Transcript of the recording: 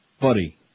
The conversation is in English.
buddy